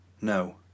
no